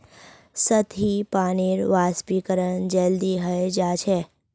सतही पानीर वाष्पीकरण जल्दी हय जा छे